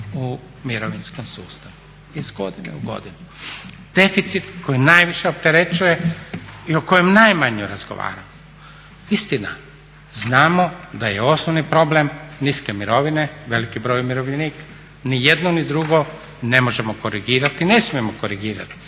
u mirovinskom sustavu, iz godine u godinu. Deficit koji najviše opterećuje i o kojem najmanje razgovaramo, istina znamo da je osnovni problem niske mirovine, veliki broj umirovljenika. Ni jedno ni drugo ne možemo korigirati i ne smijemo korigirati